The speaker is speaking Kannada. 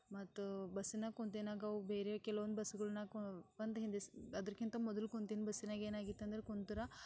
ಮತ್ತು ಬಸ್ಸಿನಾಗ ಕುಂತಿನಾಗವು ಬೇರೆ ಕೆಲವೊಂದು ಬಸ್ಗಳು ನಾಲ್ಕು ಬಂದು ಹಿಂದೆ ಸ್ ಅದಕ್ಕಿಂತ ಮೊದ್ಲು ಕುಂತಿದ್ದ ಬಸ್ಸಿನಾಗ ಏನಾಗಿತ್ತೆಂದ್ರೆ ಕುಂತ್ರೆ